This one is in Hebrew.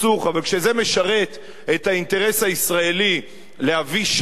אבל כשזה משרת את האינטרס הישראלי להביא שקט